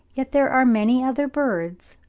yet there are many other birds,